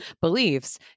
beliefs